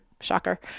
shocker